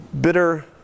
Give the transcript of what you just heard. bitter